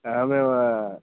अहमेव